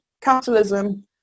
capitalism